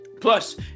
Plus